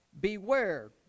Beware